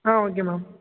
ah okay ma'am